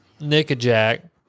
Nickajack